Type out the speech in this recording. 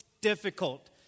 difficult